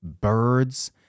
birds